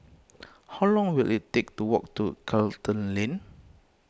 how long will it take to walk to Charlton Lane